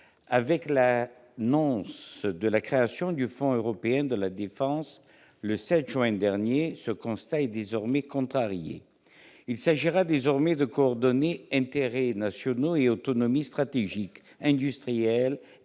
Avec l'annonce de la création de ce fonds européen le 7 juin dernier, ce constat est désormais contrarié. Il s'agira dorénavant de coordonner intérêts nationaux et autonomie stratégique, industrielle